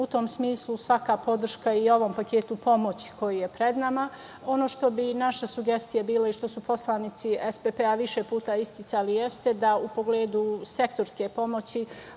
U tom smislu svaka podrška i ovom paketu pomoć koji je pred nama. Ono što bi naša sugestija bila i što su poslanici SPP više puta isticali jeste da bi se u pogledu sektorske pomoći